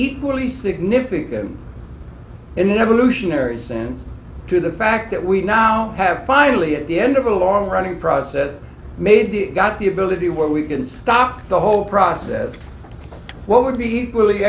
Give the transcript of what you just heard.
equally significant in the evolutionary sense to the fact that we now have finally at the end of a long running process made got the ability where we can stop the whole process what would be equally